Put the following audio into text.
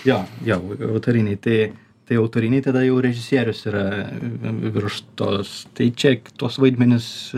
jo jo autoriniai tai tai autoriniai tada jau režisierius yra virš tos tai čia tuos vaidmenis